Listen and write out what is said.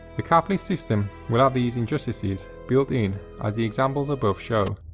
the capitalist system will have these injustices built in as the examples above show.